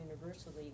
universally